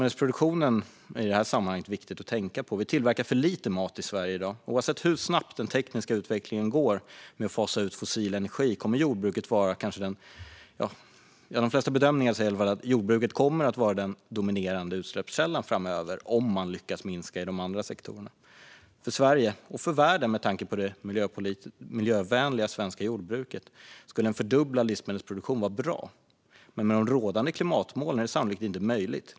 Det är i det här sammanhanget viktigt att tänka på livsmedelsproduktionen. Vi tillverkar för lite mat i Sverige i dag. Oavsett hur snabbt den tekniska utvecklingen med att fasa ut fossil energi går kommer jordbruket enligt de flesta bedömare att vara den dominerande utsläppskällan framöver, om man lyckas minska i de andra sektorerna. För Sverige och för världen, med tanke på det miljövänliga svenska jordbruket, skulle en fördubblad livsmedelsproduktion vara bra. Men med de rådande klimatmålen är det sannolikt inte möjligt.